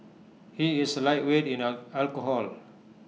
he is A lightweight in A alcohol